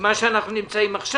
מה שאנחנו נמצאים עכשיו.